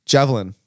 Javelin